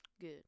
Good